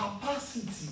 capacity